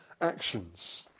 actions